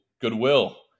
Goodwill